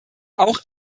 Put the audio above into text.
auch